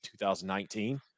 2019